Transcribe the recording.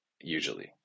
usually